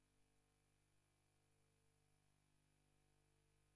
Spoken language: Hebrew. (הישיבה נפסקה בשעה 17:00 ונתחדשה בשעה 17:48.)